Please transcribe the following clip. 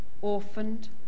orphaned